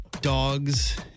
Dogs